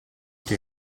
che